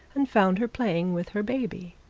and found her playing with her baby.